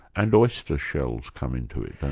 and oyster shells come into it,